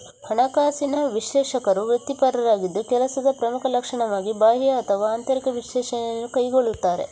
ಹಣಕಾಸಿನ ವಿಶ್ಲೇಷಕರು ವೃತ್ತಿಪರರಾಗಿದ್ದು ಕೆಲಸದ ಪ್ರಮುಖ ಲಕ್ಷಣವಾಗಿ ಬಾಹ್ಯ ಅಥವಾ ಆಂತರಿಕ ವಿಶ್ಲೇಷಣೆಯನ್ನು ಕೈಗೊಳ್ಳುತ್ತಾರೆ